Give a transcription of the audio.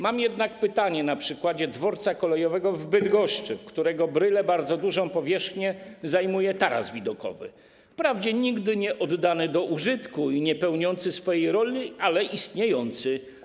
Mam jednak pytanie na przykładzie dworca kolejowego w Bydgoszczy, w którego bryle bardzo dużą powierzchnię zajmuje taras widokowy, wprawdzie nigdy nie oddany do użytku i niepełniący swojej roli, ale istniejący.